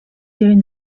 during